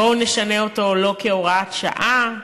בואו נשנה אותו לא כהוראת שעה.